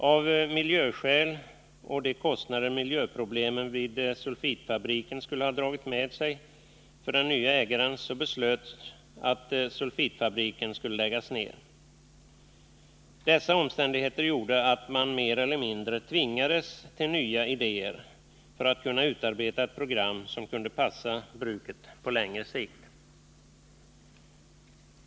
Av miljöskäl och på grund av de kostnader miljöproblemen vid sulfitfabriken skulle ha dragit med sig för den nye ägaren beslöts att sulfitfabriken skulle läggas ned. Dessa omständigheter gjorde att man mer eller mindre tvingades till nya idéer för att kunna utarbeta ett program som kunde passa bruket på längre sikt.